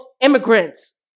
immigrants